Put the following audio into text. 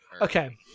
Okay